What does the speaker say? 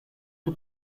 que